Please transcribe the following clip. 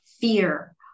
fear